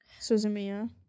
Suzumiya